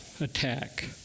attack